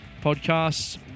podcasts